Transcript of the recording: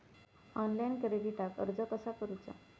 Online क्रेडिटाक अर्ज कसा करुचा?